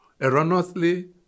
erroneously